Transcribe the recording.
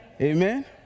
Amen